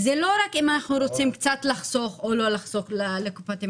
זה לא רק אם אנחנו רוצים קצת לחסוך או לא לחסוך לקופת המדינה,